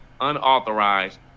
unauthorized